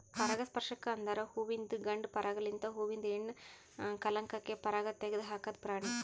ಪರಾಗಸ್ಪರ್ಶಕ ಅಂದುರ್ ಹುವಿಂದು ಗಂಡ ಪರಾಗ ಲಿಂತ್ ಹೂವಿಂದ ಹೆಣ್ಣ ಕಲಂಕಕ್ಕೆ ಪರಾಗ ತೆಗದ್ ಹಾಕದ್ ಪ್ರಾಣಿ